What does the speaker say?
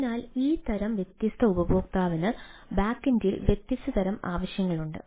അതിനാൽ ഈ തരം വ്യത്യസ്ത ഉപയോക്താവിന് ബാക്കെൻഡിൽ വ്യത്യസ്ത തരം ആവശ്യങ്ങളുണ്ട്